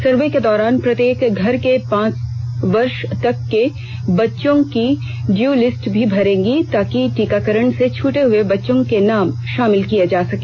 सर्वे के दौरान प्रत्येक घर के पांच वर्ष तक के बच्चों की ड्यू लिस्ट भी भरेगी ताकि टीकाकरण से छूटे हुए बच्चों के नाम शामिल किए जा सके